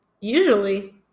usually